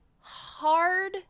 hard